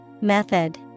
Method